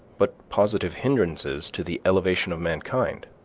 but positive hindrances to the elevation of mankind.